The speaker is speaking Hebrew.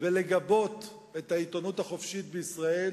ולגבות את העיתונות החופשית בישראל,